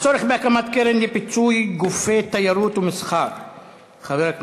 הצורך בהקמת קרן לפיצוי גופי תיירות ומסחר בעקבות האירועים האחרונים,